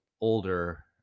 older